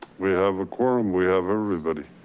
we have a quorum, we have everybody.